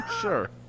sure